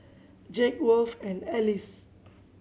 Jake Worth and Alyce